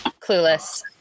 Clueless